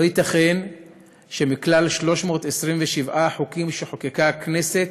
לא ייתכן שמכלל 327 החוקים שחוקקה הכנסת,